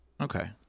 Okay